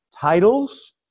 titles